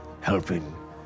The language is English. helping